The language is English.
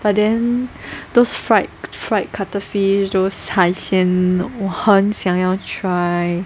but then those fried fried cuttlefish those 海鲜我很想要 try